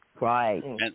Right